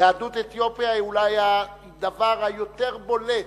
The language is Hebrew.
יהדות אתיופיה היא אולי הדבר היותר בולט